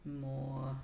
more